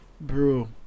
bro